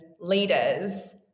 leaders